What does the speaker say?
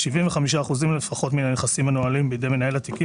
75 אחוזים לפחות מן הנכסים המנוהלים בידי מנהל התיקים